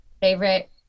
Favorite